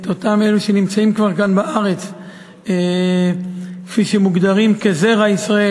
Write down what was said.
אותם אלו שכבר נמצאים כאן בארץ ומוגדרים כזרע ישראל,